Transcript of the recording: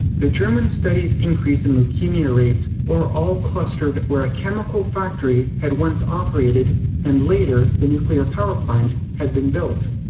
the german study's increase in leukemia rates were all clustered where a chemical factory had once operated and later the nuclear power plant had been built.